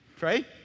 right